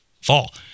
fall